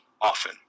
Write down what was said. often